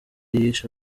yishe